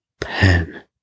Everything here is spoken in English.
pen